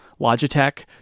Logitech